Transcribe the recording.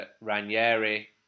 Ranieri